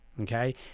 okay